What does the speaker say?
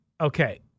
Okay